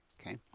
Okay